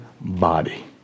body